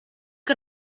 que